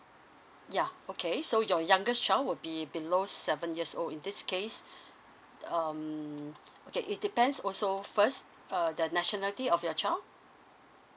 ya okay so your youngest child will be below seven years old in this case um okay it depends also first uh the nationality of your child